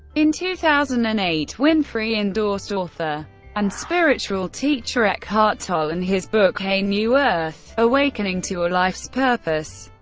in two thousand and eight, winfrey endorsed author and spiritual teacher eckhart tolle and his book, a new earth awakening to your life's purpose,